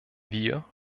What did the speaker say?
wir